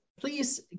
please